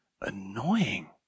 annoying